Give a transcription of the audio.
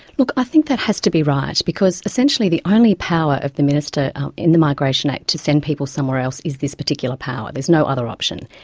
look, i think that has to be right, because, essentially, the only power of the minister in the migration act, to send people somewhere else, is this particular power. there's no other option.